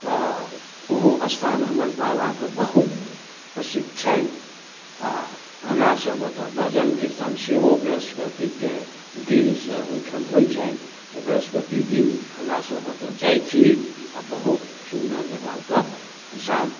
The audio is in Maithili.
तऽ ओहो अस्थान हमर बाबाके बहुत प्रसिद्ध छनि आओर हमरासभ ओतऽ भजन कीर्तन सेहो बृहस्पतिके दिन से ओहिठाम होइ छनि तऽ बृहस्पति दिन हमरासभ ओतऽ जाइ छी आओर बहुत सुन्दर जकाँ ओतऽ प्रसाद